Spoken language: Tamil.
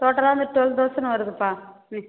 டோட்டலாக வந்து டுவல் தௌசண்ட் வருதுப்பா ம்